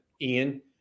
Ian